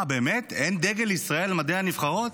מה, באמת אין דגל ישראל על מדי הנבחרות?